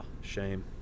Shame